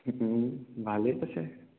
ভালেই কৈছে